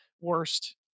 worst